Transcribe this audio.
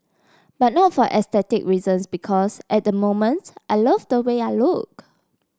but not for aesthetic reasons because at the moment I love the way I look